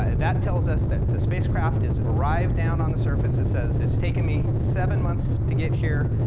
ah that tells us that the spacecraft is arrived down on the surface, it says, it's taken me seven months to get here,